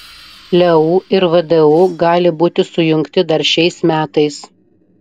leu ir vdu gali būti sujungti dar šiais metais